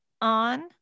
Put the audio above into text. on